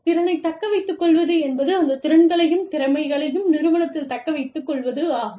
திறனைத் தக்கவைத்துக்கொள்வது என்பது அந்த திறன்களையும் திறமைகளையும் நிறுவனத்தில் தக்கவைத்துக்கொள்வதாகும்